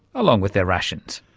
along with their rations.